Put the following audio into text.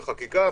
חקיקה,